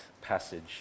passage